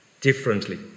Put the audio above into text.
differently